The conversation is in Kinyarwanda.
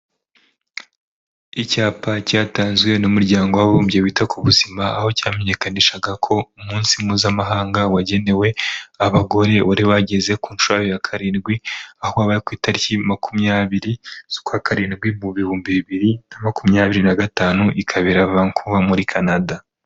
Icyapa cyatanzwe n'Umuryango w'Abibumbye wita ku buzima, aho cyamenyekanishaga ko umunsi mpuzamahanga wagenewe abagore wari wageze ku nshuro yayo ya karindwi, aho yabaye ku itariki makumyabiri z'ukwa karindwi mu bihumbi bibiri na makumyabiri na gatanu ikabera Vancouver muri Canada.